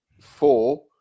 four